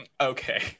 Okay